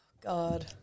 God